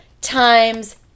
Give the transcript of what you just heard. times